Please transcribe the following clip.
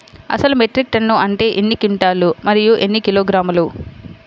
అసలు metric ton అంటే ఎన్ని క్వింటాలు మరియు ఎన్ని కిలోగ్రాములు?